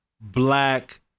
black